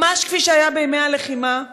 ממש כפי שהיה בימי הלחימה,